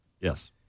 Yes